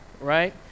right